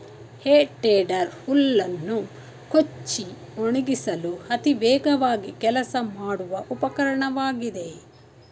ಹೇ tedder ಹುಲ್ಲನ್ನು ಕೊಚ್ಚಿ ಒಣಗಿಸಲು ಅತಿ ವೇಗವಾಗಿ ಕೆಲಸ ಮಾಡುವ ಉಪಕರಣವಾಗಿದೆ